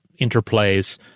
interplays